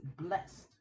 blessed